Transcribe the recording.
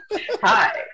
Hi